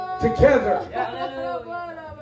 together